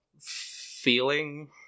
feeling